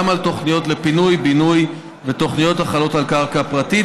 על תוכניות לפינוי-בינוי ותוכניות החלות על קרקע פרטית,